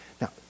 Now